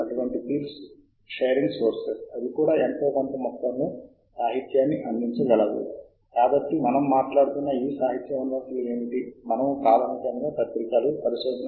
అందువల్ల అన్ని ప్రత్యామ్నాయ కీలక పదాలు ఏమిటో తెలుసుకోవడం చాలా ముఖ్యం మనము వాటిని ఆర్ కలయికతో ఉపయోగించవచ్చు తద్వారా మనము అన్ని ఫలితాల యూనియన్ను పొందవచ్చు అప్పుడు అది మనము కలిపిన కీలక పదాల సమితికి సరిపోతుంది